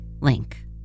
link